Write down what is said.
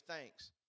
thanks